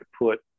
put